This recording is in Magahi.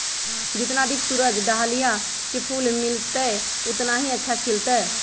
जितना अधिक सूरज डाहलिया के फूल मिलतय, उतना ही अच्छा खिलतय